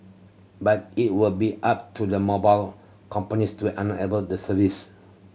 but it will be up to the mobile companies to enable the service